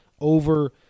over